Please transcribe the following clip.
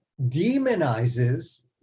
demonizes